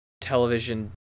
television